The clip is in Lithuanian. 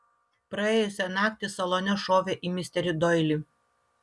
praėjusią naktį salone šovė į misterį doilį